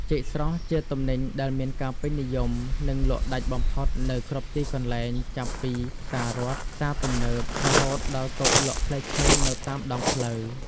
ចេកស្រស់ ជាទំនិញដែលមានការពេញនិយម និងលក់ដាច់បំផុតនៅគ្រប់ទីកន្លែង ចាប់ពីផ្សាររដ្ឋ ផ្សារទំនើប រហូតដល់តូបលក់ផ្លែឈើនៅតាមដងផ្លូវ។